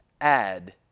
add